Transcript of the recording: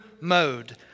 mode